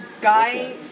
guy